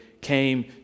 came